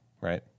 right